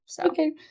Okay